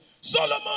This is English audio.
Solomon